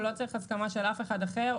הוא לא צריך הסכמה של אף אחד אחר,